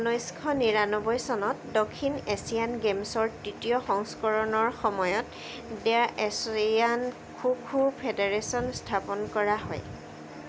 ঊনৈছশ নিৰান্নবৈ চনত দক্ষিণ এছিয়ান গেমছৰ তৃতীয় সংস্কৰণৰ সময়ত the Asian kho kho federation স্থাপন কৰা হয়